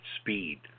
speed